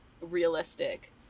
realistic